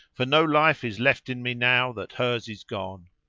for no life is left in me now that hers is gone.